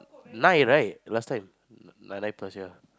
nine right last time nighty nine plus ya